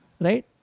right